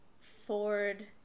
Ford